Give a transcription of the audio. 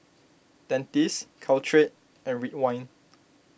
Dentiste Caltrate and Ridwind